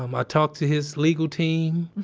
um i talked to his legal team.